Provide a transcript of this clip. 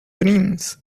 dreams